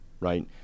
right